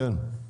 כן.